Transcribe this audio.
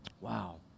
Wow